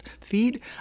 feed